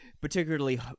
particularly